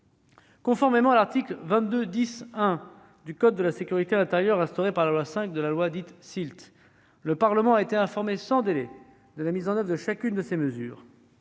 Conformément à l'article L. 22-10-1 du code de la sécurité intérieure instauré par l'article 5 de la loi dite SILT, le Parlement a été informé sans délai de la mise en oeuvre de chacune de ces mesures.